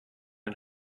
and